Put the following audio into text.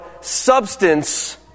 substance